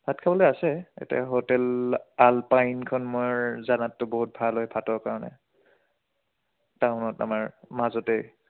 ভাত খাবলৈ আছে এতিয়া হোটেল আলপাইনখন মই জানাতটো বহুত ভাল হয় ভাতৰ কাৰণে টাউনত আমাৰ মাজতেই